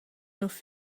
nus